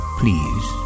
please